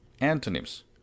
Antonyms